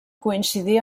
coincidí